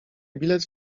bilet